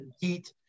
heat